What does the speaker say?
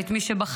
ואת מי שבחיים,